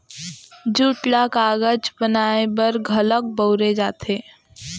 jute ल कागज बनाए बर घलौक बउरे जाथे